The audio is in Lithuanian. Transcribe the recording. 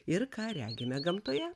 ir ką regime gamtoje